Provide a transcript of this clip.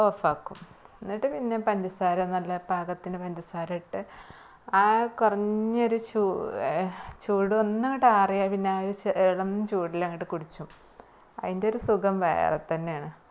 ഓഫാക്കും എന്നിട്ട് പിന്നെ പഞ്ചസാര നല്ല പാകത്തിന് പഞ്ചസാര ഇട്ട് ആ കുറഞ്ഞൊരു ചൂടൊന്ന് അങ്ങോട്ട് ആറിയാൽ പിന്നെ അത് ഇളം ചൂടിലങ്ങോട്ട് കുടിച്ചു അതിൻ്റെ ഒരു സുഖം വേറെയാണ്